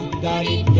die